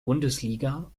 bundesliga